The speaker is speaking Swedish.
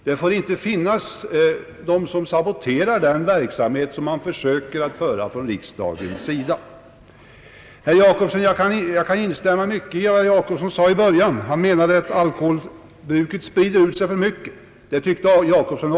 Det får inte finnas företag som saboterar den verksamhet som riksdagen försöker bedriva. Jag kan instämma i mycket av vad herr Jacobsson sade i början. Alkoholbruket breder ut sig för mycket, sade herr Jacobsson.